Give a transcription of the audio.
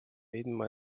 ilma